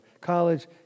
college